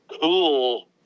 cool